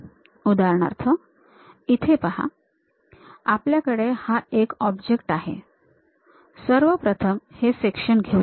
उदाहरणार्थ इथे पहा आपल्याकडे हा एक ऑब्जेक्ट आहे सर्वप्रथम हे सेक्शन घेऊ